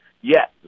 Yes